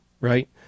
Right